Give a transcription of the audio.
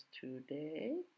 today